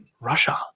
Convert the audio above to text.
Russia